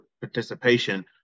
participation